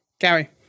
Gary